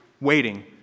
Waiting